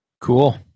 Cool